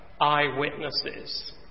eyewitnesses